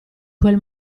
quel